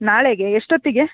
ನಾಳೆಗೆ ಎಷ್ಟು ಹೊತ್ತಿಗೆ